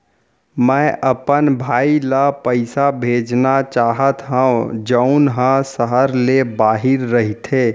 मै अपन भाई ला पइसा भेजना चाहत हव जऊन हा सहर ले बाहिर रहीथे